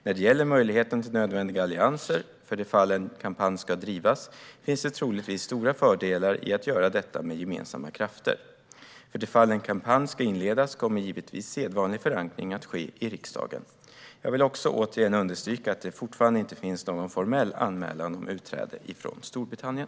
När det gäller möjligheten till nödvändiga allianser, för det fall en kampanj ska drivas, finns det troligtvis stora fördelar med att göra detta med gemensamma krafter. För det fall en kampanj ska inledas kommer givetvis sedvanlig förankring att ske i riksdagen. Jag vill också återigen understryka att det fortfarande inte finns någon formell anmälan om utträde från Storbritannien.